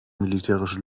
militärische